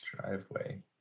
driveway